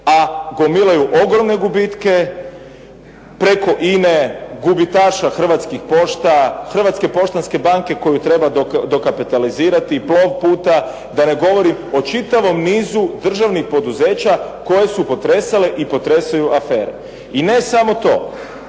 a gomilaju ogromne gubitke preko INA-e, gubitaša Hrvatskih pošta, Hrvatske poštanske banke koju treba dokapitalizirati, plov puta da ne govorim o čitavom nizu državnih poduzeća koje su potresale i potresaju afere. I ne samo to.